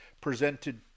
presented